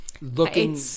looking